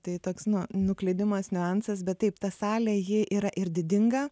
tai toks nu nuklydimas niuansas bet taip ta salė ji yra ir didinga